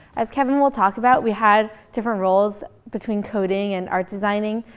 as kevin will talk about, we had different roles between coding and art designing.